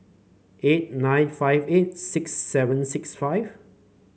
eight nine five eight six seven six five